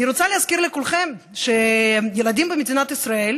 אני רוצה להזכיר לכולכם שילדים במדינת ישראל,